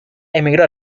emigró